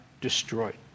destroyed